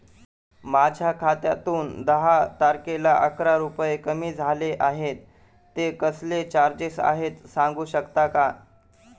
माझ्या खात्यातून दहा तारखेला अकरा रुपये कमी झाले आहेत ते कसले चार्जेस आहेत सांगू शकता का?